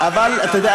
אבל אתה יודע,